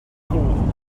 cool